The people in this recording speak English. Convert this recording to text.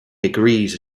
agrees